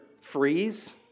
freeze